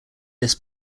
this